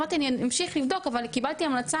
אמרתי אני אמשיך לבדוק אבל קיבלתי המלצה